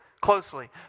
closely